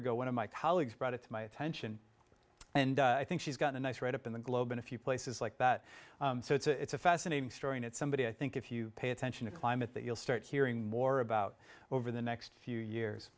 ago one of my colleagues brought it to my attention and i think she's got a nice write up in the globe in a few places like that so it's a fascinating story and it's somebody i think if you pay attention to climate that you'll start hearing more about over the next few years